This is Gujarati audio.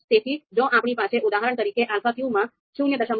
તેથી જો આપણી પાસે ઉદાહરણ તરીકે alpha q માં 0